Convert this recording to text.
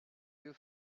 you